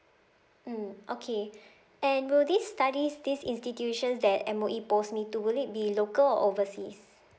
mm okay and will this studies this institution that M_O_E post me to would it be local or overseas